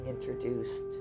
introduced